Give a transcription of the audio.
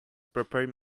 prepared